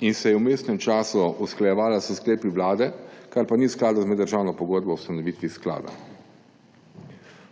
in se je v vmesnem času usklajevala s sklepi vlade, kar pa ni v skladu z meddržavno pogodbo o ustanovitvi sklada.